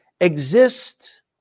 exist